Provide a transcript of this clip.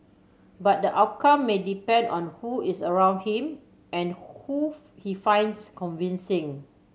but the outcome may depend on who is around him and who he finds convincing